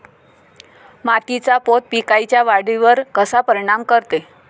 मातीचा पोत पिकाईच्या वाढीवर कसा परिनाम करते?